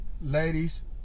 Ladies